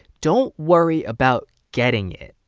don't worry about getting it.